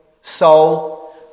soul